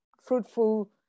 fruitful